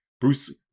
Bruce